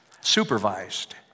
supervised